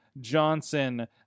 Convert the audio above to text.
Johnson